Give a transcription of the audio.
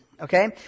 okay